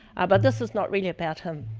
but, this is not really about him.